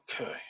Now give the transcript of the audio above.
Okay